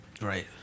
Right